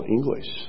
English